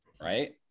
Right